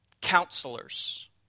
counselors